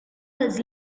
was